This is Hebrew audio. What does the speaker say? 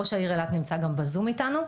ראש העיר אילת גם נמצא בזום איתנו,